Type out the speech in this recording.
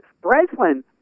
Breslin